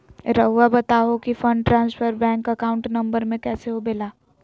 रहुआ बताहो कि fund transfer bank account number में कैसे होबेला?